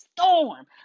storm